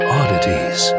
oddities